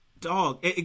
dog